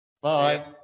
Bye